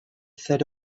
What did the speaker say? said